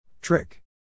Trick